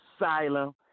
asylum